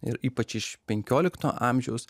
ir ypač iš penkiolikto amžiaus